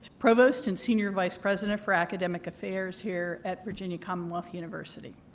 provost and senior vice president for academic affairs here at virginia commonwealth university.